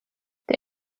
der